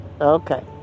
okay